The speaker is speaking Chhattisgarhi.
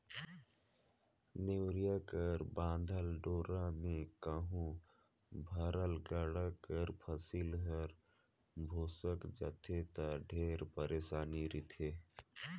नेवरिया कर बाधल डोरा मे कहो भरल गाड़ा कर फसिल हर भोसेक जाथे ता ढेरे पइरसानी रिथे